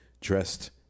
dressed